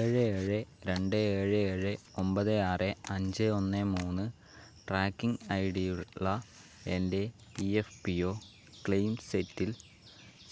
ഏഴേ ഏഴേ രണ്ടേ ഏഴേ ഏഴേ ഒമ്പതേ ആറേ അഞ്ചേ ഒന്നേ മൂന്ന് ട്രാക്കിംഗ് ഐ ഡിയുള്ള എൻ്റെ E F P O claim സെറ്റിൽ